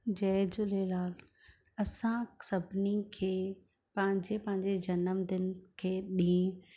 जय झूलेलाल असां सभिनी खे पंहिंजे पंहिंजे जनमु दिन खे ॾींहुं